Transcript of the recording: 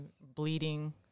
bleeding